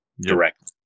directly